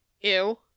ew